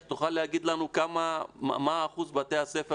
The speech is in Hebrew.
אתה תוכל להגיד לנו מהו אחוז בתי הספר